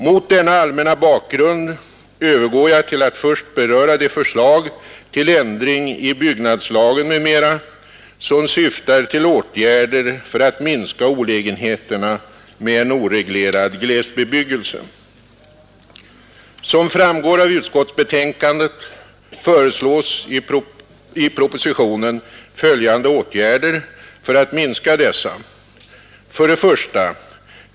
Mot denna allmänna bakgrund övergår jag till att först beröra de förslag till ändring i byggnadslagen m.m. som syftar till åtgärder för att minska olägenheterna med en oreglerad glesbebyggelse. Som framgår av utskottsbetänkandet föreslås i propositionen följande åtgärder för att minska dessa. 1.